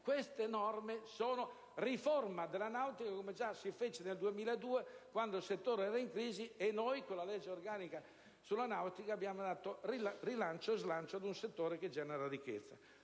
Queste norme riformano la nautica, come già si fece nel 2002 quando il settore era in crisi e noi, con la legge organica sulla nautica, abbiamo ridato slancio ad un settore che genera ricchezza.